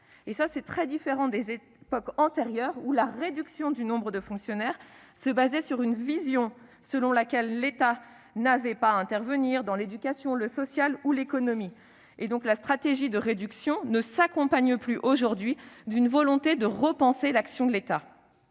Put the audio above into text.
budgétaires, à la différence des époques antérieures, où la réduction du nombre des fonctionnaires se fondait sur une vision selon laquelle l'État n'avait pas à intervenir dans l'éducation, le social ou l'économie. Ainsi, la stratégie de réduction ne s'accompagne plus d'une volonté de repenser l'action de l'État.